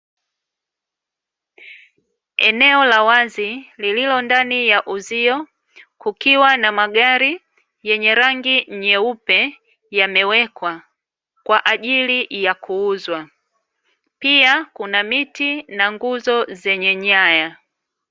Eneo la wazi lililo ndani ya uzio, kukiwa na magari yenye rangi nyeupe, yamewekwa kwa ajili ya kuuzwa. Pia kuna miti na nguzo zenye nyaya.